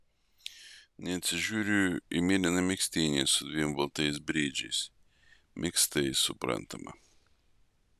neatsižiūriu į mėlyną megztinį su dviem baltais briedžiais megztais suprantama